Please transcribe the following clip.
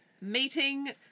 meeting